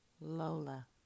Lola